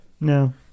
No